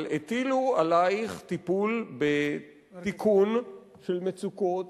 אבל הטילו עלייך טיפול בתיקון של מצוקות,